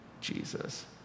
Jesus